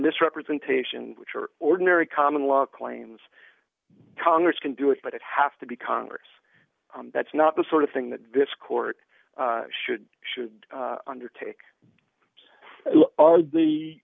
misrepresentation which are ordinary common law claims congress can do it but it has to be congress that's not the sort of thing that this court should should undertake all the